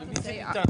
אבל למי זה ניתן?